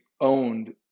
owned